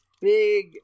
big